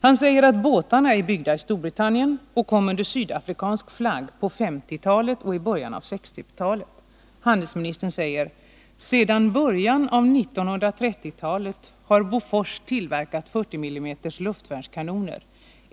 Han säger att båtarna är byggda i Storbritannien och kom under sydafrikansk flagg på 1950-talet och i början av 1960-talet. Handelsministern säger: ”Sedan början av 1930-talet har Bofors tillverkat 40 mm luftvärnskanoner.